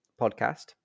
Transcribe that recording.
podcast